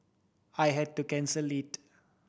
I had to cancel it